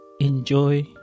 enjoy